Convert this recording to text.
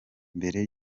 mbere